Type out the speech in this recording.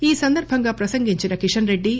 ఈ సందర్బంగా ప్రసంగించిన కిషన్ రెడ్డి